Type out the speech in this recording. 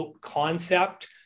concept